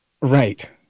Right